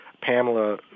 Pamela